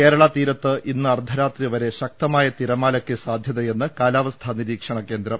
കേരളാ തീരത്ത് ഇന്ന് അർദ്ധരാത്രി വരെ ശക്തമായ തിരമാ ലയ്ക്ക് സാധൃതയെന്ന് കാലാവസ്ഥാ നിരീക്ഷണകേന്ദ്രം